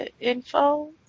info